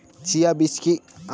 Chia বীজ কী?